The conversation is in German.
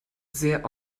sehr